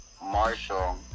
Marshall